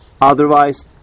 Otherwise